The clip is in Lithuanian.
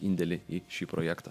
indėlį į šį projektą